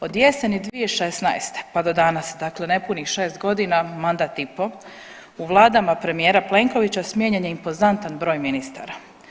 Od jeseni 2016., pa do danas, dakle nepunih 6.g., mandat i po u vladama premijera Plenkovića smijenjen je impozantan broj ministara.